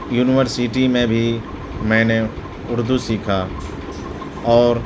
university میں بھی میں نے اردو سیکھا اور